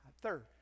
Third